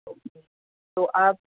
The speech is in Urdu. اوکے تو آپ